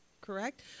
correct